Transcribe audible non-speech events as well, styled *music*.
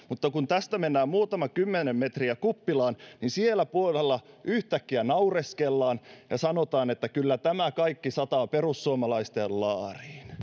*unintelligible* mutta kun tästä mennään muutama kymmenen metriä kuppilaan niin siellä puolella yhtäkkiä naureskellaan ja sanotaan että kyllä tämä kaikki sataa perussuomalaisten laariin